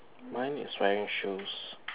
mine is wearing shoes